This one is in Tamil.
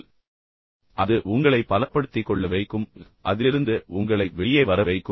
பின்னர் அது உங்களை பலப்படுத்திக் கொள்ள வைக்கும் மேலும் படிப்படியாக அதிலிருந்து உங்களை வெளியே வர வைக்கும்